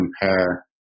compare